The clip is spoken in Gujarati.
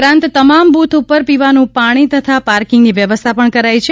ઉપરાંત તમામ બુથ ઉપર પીવાનું પાણી તથા પાર્કિંગની વ્યવસ્થા પણ કરાઇ છે